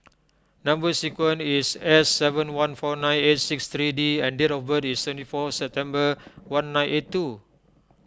Number Sequence is S seven one four nine eight six three D and date of birth is twenty four September one nine eight two